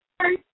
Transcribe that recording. Hi